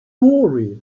worry